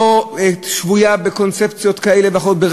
לא שבויה בקונספציות כאלה ואחרות,